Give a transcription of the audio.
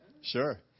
Sure